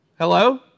Hello